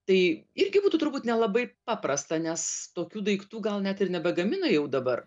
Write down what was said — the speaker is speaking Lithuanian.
tai irgi būtų turbūt nelabai paprasta nes tokių daiktų gal net ir nebegamina jau dabar